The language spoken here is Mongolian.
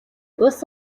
улс